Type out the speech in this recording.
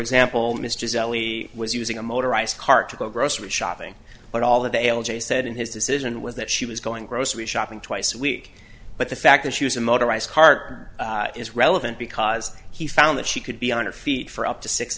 example mr zolli was using a motorized cart to go grocery shopping but all the dale j said in his decision was that she was going grocery shopping twice a week but the fact that she was a motorized cart is relevant because he found that she could be on her feet for up to six